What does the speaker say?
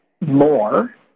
more